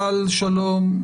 טל, שלום,